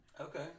Okay